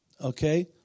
okay